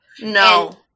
No